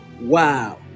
wow